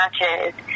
matches